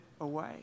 away